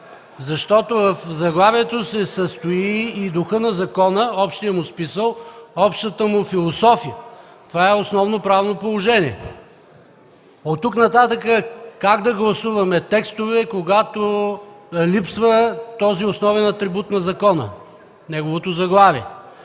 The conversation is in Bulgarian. Защото в заглавието се състои и духът на закона, общият му смисъл и общата му философия. Това е основно правно положение. От тук нататък как да гласуваме текстове, когато липсва този основен атрибут на закона – неговото заглавие?